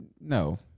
No